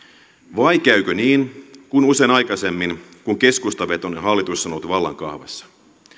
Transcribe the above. vai käykö niin kuin usein aikaisemmin kun keskustavetoinen hallitus on ollut vallan kahvassa